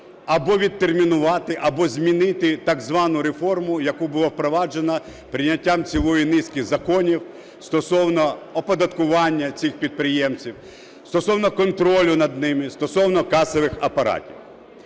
або відтермінувати, або змінити так звану реформу, яку було впроваджено прийняттям цілої низки законів стосовно оподаткування цих підприємців, стосовно контролю над ними, стосовно касових апаратів.